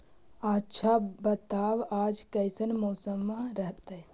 आच्छा बताब आज कैसन मौसम रहतैय?